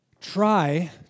Try